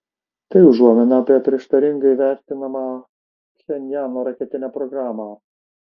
tai užuomina apie prieštaringai vertinamą pchenjano raketinę programą